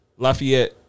Lafayette